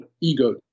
ego